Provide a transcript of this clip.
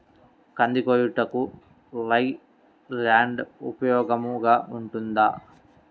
కంది కోయుటకు Leyland ఉపయోగముగా ఉంటుందా?